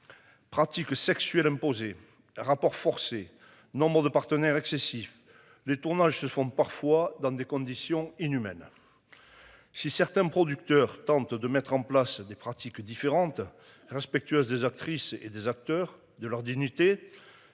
Pratiques sexuelles imposées rapports forcés nombre de partenaires excessif les tournages se font parfois dans des conditions inhumaines. Si certains producteurs tentent de mettre en place des pratiques différentes respectueuse des actrices et des acteurs de leur dignité.